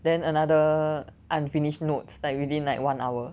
then another unfinished notes like within like one hour